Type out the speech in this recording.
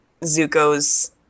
Zuko's